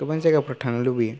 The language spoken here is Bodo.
गोबां जायगाफोराव थांनो लुबैयो